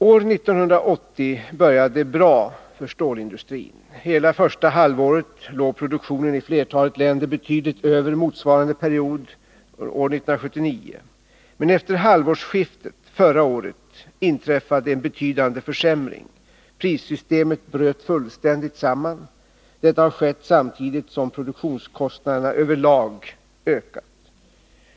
År 1980 började bra för stålindustrin. Hela första halvåret låg produktionen i flertalet länder betydligt över motsvarande period år 1979. Men efter halvårsskiftet förra året inträffade en betydande försämring. Prissystemet bröt fullständigt samman. Detta har skett samtidigt som produktionskostnaderna över lag ökat.